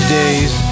days